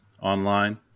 online